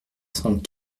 cent